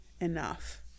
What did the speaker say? enough